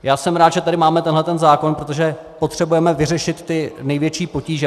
Já jsem rád, že tady máme tenhle zákon, protože potřebujeme vyřešit ty největší potíže.